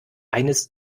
eines